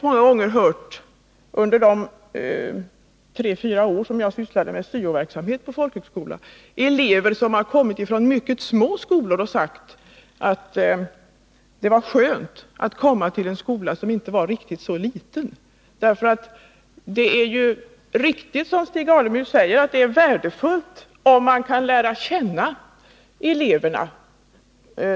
Många gånger under de tre fyra år som jag sysslade med syo-verksamhet på folkhögskolan har jag hört elever som kommit från mycket små skolor säga att det var skönt att komma till en skola som inte var riktigt så liten. Det är riktigt som Stig Alemyr säger att det är värdefullt om de anställda kan lära känna eleverna.